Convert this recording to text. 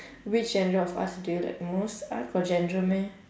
which genre of arts do you like most art got genre meh